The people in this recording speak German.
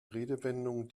redewendungen